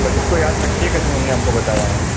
but इसको याद रखिएगा जो हमने आपको बताया है